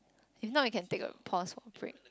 if not we can take a pause or a break